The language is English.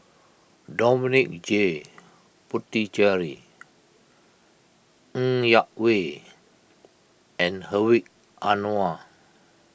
Dominic J Puthucheary Ng Yak Whee and Hedwig Anuar